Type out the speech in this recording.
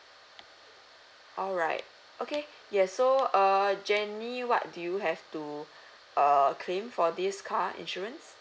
alright okay yes so err jenny what do you have to err claim for this car insurance